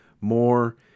more